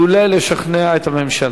אולי לשכנע את הממשלה.